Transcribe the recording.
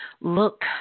look